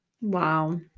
Wow